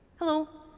hello.